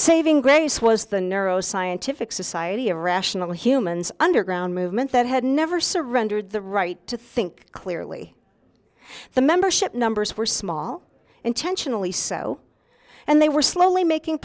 saving grace was the narrow scientific society of rational humans underground movement that had never surrendered the right to think clearly the membership numbers were small intentionally so and they were slowly making